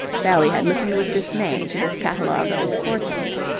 sally had listened with dismay to this catalogue of misfortunes.